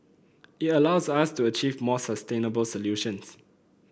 it allows us to achieve more sustainable solutions